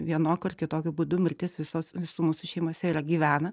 vienokiu ar kitokiu būdu mirtis visos visų mūsų šeimose yra gyvena